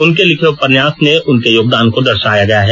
उनके लिखे उपन्यास में उनके योगदान को दर्शाया गया है